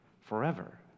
forever